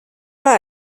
war